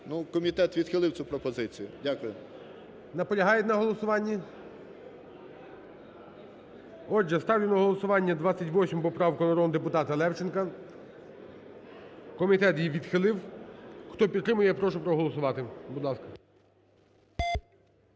комітет відхилив цю пропозицію. Дякую. ГОЛОВУЮЧИЙ. Наполягають на голосуванні? Отже, ставлю на голосування 28 поправку народного депутата Левченка. Комітет її відхилив. Хто підтримує, я прошу проголосувати, будь ласка.